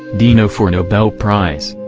dino for nobel prize!